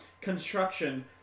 construction